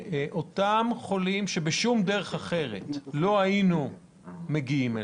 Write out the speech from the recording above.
אותם חולים שבשום דרך אחרת לא היינו מגיעים אליהם,